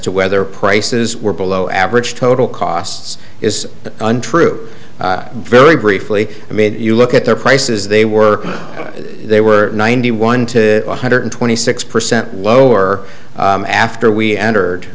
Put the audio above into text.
to whether prices were below average total costs is untrue very briefly i mean you look at their prices they were they were ninety one to one hundred twenty six percent lower after we entered